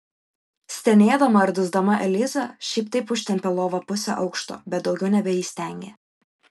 stenėdama ir dusdama eliza šiaip taip užtempė lovą pusę aukšto bet daugiau nebeįstengė